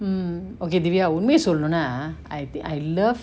mm okay divya உண்மய சொல்லனுனா:unmaya sollanuna I I love